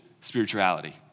spirituality